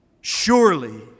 Surely